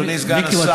אדוני סגן השר,